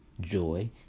joy